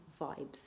vibes